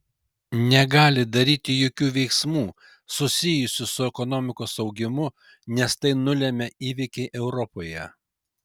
negali daryti jokių veiksmų susijusių su ekonomikos augimu nes tai nulemia įvykiai europoje